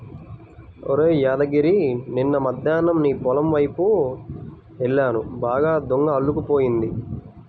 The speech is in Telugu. ఒరేయ్ యాదగిరి నిన్న మద్దేన్నం నీ పొలం వైపు యెల్లాను బాగా తుంగ అల్లుకుపోయింది